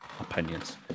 opinions